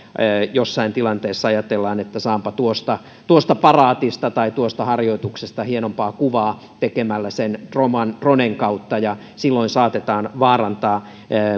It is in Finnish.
joissain tilanteissa ajatellaan että saanpa tuosta tuosta paraatista tai tuosta harjoituksesta hienompaa kuvaa tekemällä sen dronen kautta ja silloin saatetaan vaarantaa